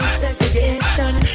segregation